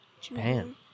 Japan